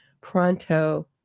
pronto